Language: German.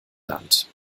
land